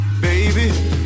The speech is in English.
baby